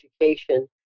education